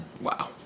Wow